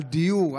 על דיור,